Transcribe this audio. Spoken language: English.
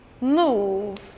move